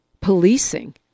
policing